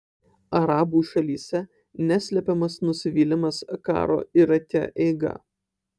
arabų šalyse neslepiamas nusivylimas karo irake eiga